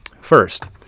first